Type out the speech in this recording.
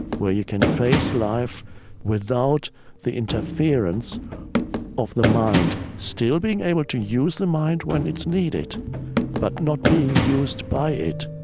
where you can face life without the interference of the mind still being able to use the mind when it's needed but not being used by it